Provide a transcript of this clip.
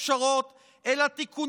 אתם מדליקים